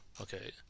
okay